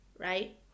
Right